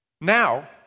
Now